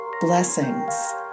blessings